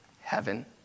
Heaven